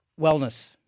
Wellness